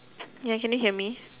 ya can you hear me